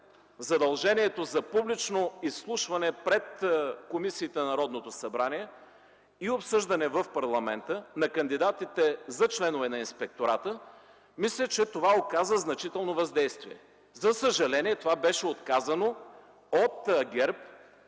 задължението за публично изслушване пред комисиите на Народното събрание и обсъждане в парламента на кандидатите за членове на Инспектората, мисля, че това оказа значително въздействие. За съжаление то беше отказано от ГЕРБ